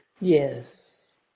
Yes